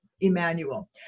Emmanuel